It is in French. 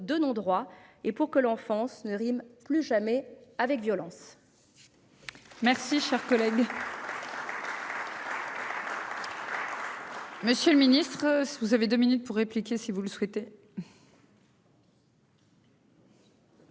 de non- droit et pour que l'enfance ne rime plus jamais avec violence.